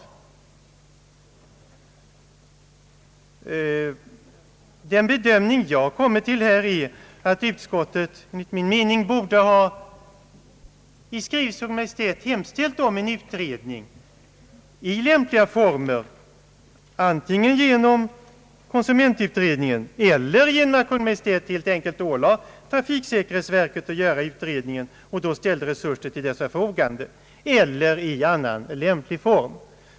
Enligt min bedömning borde utskottet ha föreslagit riksdagen att i skrivelse till Kungl. Maj:t hemställa om en utredning i lämpliga former, antingen genom konsumentutredningen eller genom att Kungl. Maj:t helt enkelt ålade trafiksäkerhetsverket att göra utredningen och då ställde resurser till dess förfogande, eller i annan lämplig form.